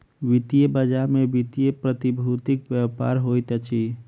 वित्तीय बजार में वित्तीय प्रतिभूतिक व्यापार होइत अछि